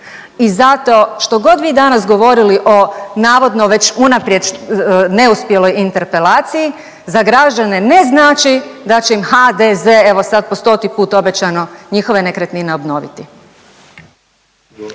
i zato što god vi danas govorili o navodno već unaprijed neuspjeloj interpelaciji za građane ne znači da će im HDZ evo sad po stoti put obećano njihove nekretnine obnoviti.